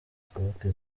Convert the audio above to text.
twubake